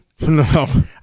No